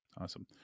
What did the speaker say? Awesome